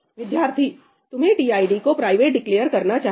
विद्यार्थी तुम्हें TID tid को प्राइवेट private डिक्लेअर declare करना चाहिए